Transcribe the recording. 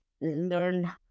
learn